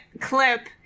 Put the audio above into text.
clip